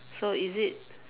so is it